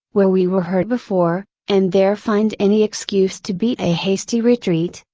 where we were hurt before, and there find any excuse to beat a hasty retreat,